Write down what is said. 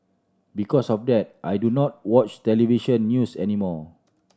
because of that I do not watch television news anymore